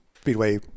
speedway